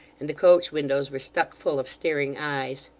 and the coach-windows were stuck full of staring eyes.